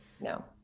no